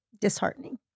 disheartening